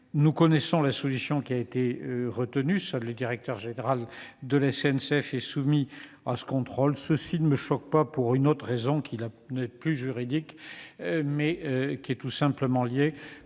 Nous connaissons la solution qui a été retenue, seul le directeur général de la SNCF restant soumis à ce contrôle. Cela ne me choque pas pour une autre raison, qui n'est plus juridique, mais qui est tout simplement lié